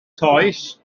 toes